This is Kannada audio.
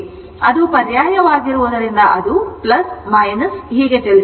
ಅದು ಪರ್ಯಾಯವಾಗಿರುವುದರಿಂದ ಅದು ಹೀಗೆ ಚಲಿಸುತ್ತಿದೆ